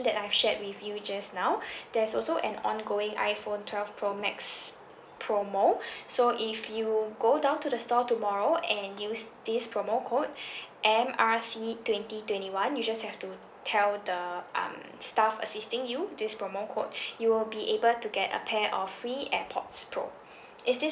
that I've shared with you just now there's also an ongoing iPhone twelve pro max promo so if you go down to the store tomorrow and use this promo code M R C twenty twenty one you just have to tell the um staff assisting you this promo code you will be able to get a pair of free Airpods pro is this